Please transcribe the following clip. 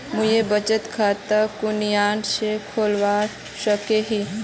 मुई बचत खता कुनियाँ से खोलवा सको ही?